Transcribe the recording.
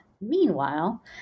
Meanwhile